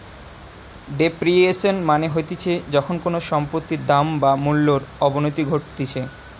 depreciation মানে হতিছে যখন কোনো সম্পত্তির দাম বা মূল্যর অবনতি ঘটতিছে